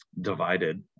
divided